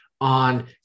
on